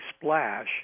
splash